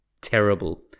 terrible